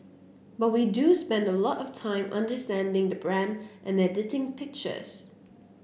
but we do spend a lot of time understanding the brand and editing pictures